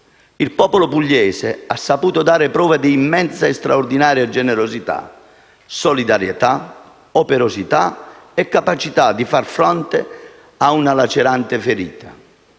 il popolo pugliese ha saputo dare prova di immensa e straordinaria generosità, solidarietà, operosità e capacità di far fronte a una lacerante ferita.